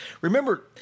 Remember